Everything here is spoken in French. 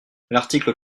l’article